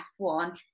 F1